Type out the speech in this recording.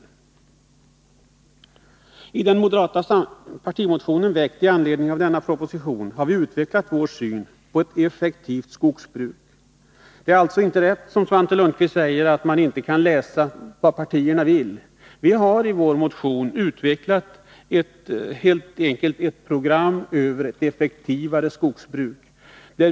I den motion moderata samlingspartiet väckt i anledning av denna proposition har vi utvecklat vår syn på ett effektivt skogsbruk. Det är alltså inte rätt, som Svante Lundkvist säger, att man inte kan utläsa vad partierna vill. Vi har i vår motion utvecklat ett program för ett effektivare skogsbruk.